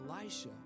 Elisha